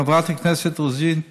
לחברת הכנסת רוזין,